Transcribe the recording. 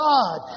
God